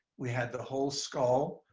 we had the whole skull,